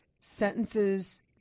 sentences